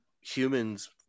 humans